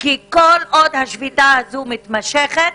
כי כל עוד השביתה הזו מתמשכת,